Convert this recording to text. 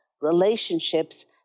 relationships